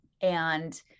and-